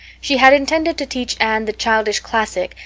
she had intended to teach anne the childish classic,